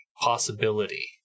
possibility